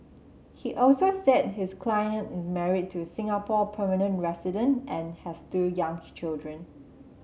he also said his client is married to a Singapore permanent resident and has two young children